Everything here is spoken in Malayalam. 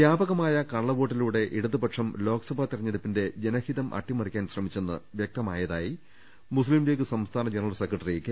വ്യാപകമായ കള്ളവോട്ടിലൂടെ ഇടതുപക്ഷം ലോക്സഭാ തെര ഞ്ഞെടുപ്പിന്റെ ജനഹിതം അട്ടിമറിക്കാൻ ശ്രമിച്ചെന്ന് വൃക്തമായ തായി മുസ്ലിംലീഗ് സംസ്ഥാന ജനറൽ സെക്രട്ടറി കെ